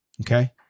Okay